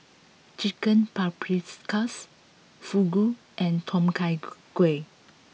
Chicken Paprikas Fugu and Tom Kha Gai